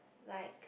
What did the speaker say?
like